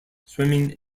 swimming